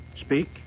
speak